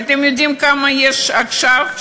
ואתם יודעים כמה יש עכשיו?